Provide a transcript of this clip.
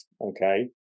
Okay